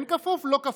כן כפוף, לא כפוף.